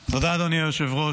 תודה, אדוני היושב-ראש.